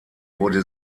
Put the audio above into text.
wurde